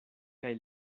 kaj